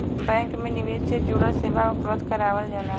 bank में निवेश से जुड़ल सेवा उपलब्ध करावल जाला